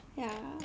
yeah